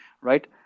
right